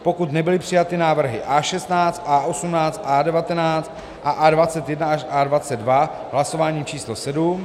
pokud nebyly přijaty návrhy A16, A18, A19 a A21 až A22 hlasováním č. sedm